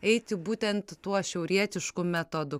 eiti būtent tuo šiaurietišku metodu